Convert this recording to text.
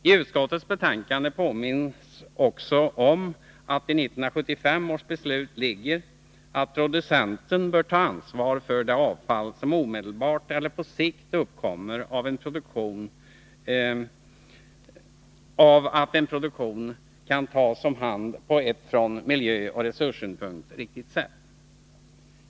I utskottets betänkande påminns också om att producenten enligt 1975 års beslut bör ta ansvar för det avfall som omedelbart eller på sikt uppkommer av en produktion och att det kan tas om hand på ett från miljöoch resurssynpunkt riktigt sätt.